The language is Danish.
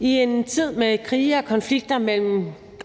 I en tid med krige og konflikter